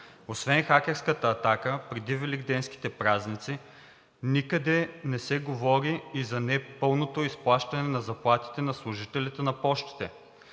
Освен за хакерската атака преди Великденските празници никъде не се говори и за непълното изплащане на заплатите на служителите на Пощите.